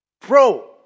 Bro